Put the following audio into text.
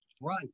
Right